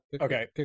okay